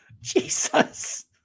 Jesus